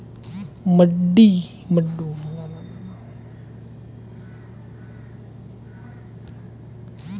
मड्डू या मड्डा एक पानी का कोर्स है लाठी और चादर से बनाया जाता है